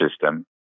system